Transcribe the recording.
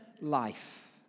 life